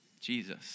Jesus